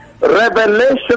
Revelation